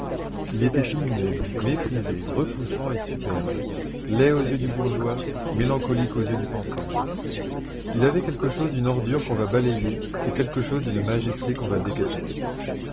il était immonde méprisé repoussant et superbe laid aux yeux du bourgeois mélancolique aux yeux du penseur il avait quelque chose d'une ordure qu'on va balayer et quelque chose d'une majesté qu'on va décapiter